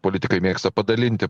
politikai mėgsta padalinti